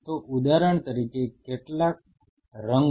તો ઉદાહરણ તરીકે કેટલા રંગો